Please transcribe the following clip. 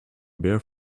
bare